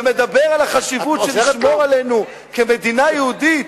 ומדבר על החשיבות של לשמור עלינו כמדינה יהודית,